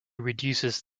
reduces